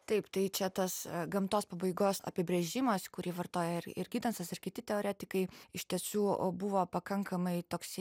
taip tai čia tas gamtos pabaigos apibrėžimas kurį vartoja ir ir gidensas ir kiti teoretikai iš tiesų o buvo pakankamai toksai